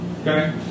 Okay